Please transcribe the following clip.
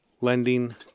lending